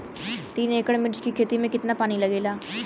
तीन एकड़ मिर्च की खेती में कितना पानी लागेला?